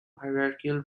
hierarchical